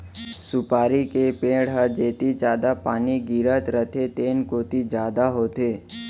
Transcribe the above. सुपारी के पेड़ ह जेती जादा पानी गिरत रथे तेन कोती जादा होथे